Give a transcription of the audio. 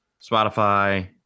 Spotify